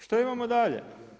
Što imamo dalje?